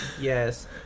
Yes